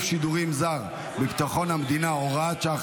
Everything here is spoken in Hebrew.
שידורים זר בביטחון המדינה (הוראת שעה,